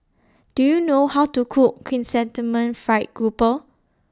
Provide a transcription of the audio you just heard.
Do YOU know How to Cook Chrysanthemum Fried Grouper